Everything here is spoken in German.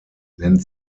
nennt